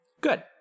good